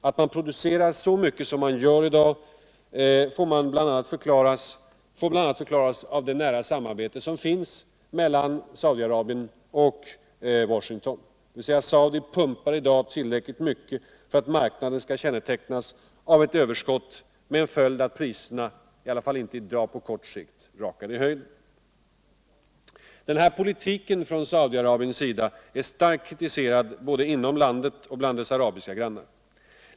Att man producerar så mycket som man gör i dag får väl bl.a. förklaras av det nära samarbete som förekommer mellan Saudi-Arabien och Washington. dvs. Saudi-Arabien pumpar i dag upp tillräckligt mycket olja för att marknaden skall kännetecknas av ett överskow, med påföljd au priserna i alla fall inte i dag eller på kort sikt rakar i höjden. Denna politik från Saudi-Arabiens sida kritiseras starkt både inom landet och bland landets arabiska grannar.